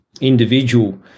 individual